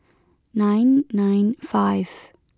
nine nine five